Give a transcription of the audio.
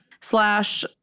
Slash